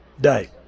day